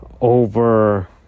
over